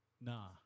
Nah